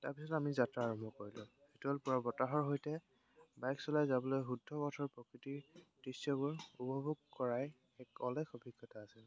তাৰপিছত আমি যাত্ৰা আৰম্ভ কৰিলোঁ শীতল পুৱা বতাহৰ সৈতে বাইক চলাই যাবলৈ শুদ্ধ পথৰ প্ৰকৃতিৰ দৃশ্যবোৰ উপভোগ কৰাই এক অলেখ অভিজ্ঞতা আছিল